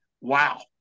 Wow